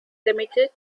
limited